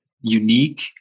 unique